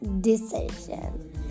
decision